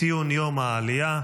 ציון יום העלייה.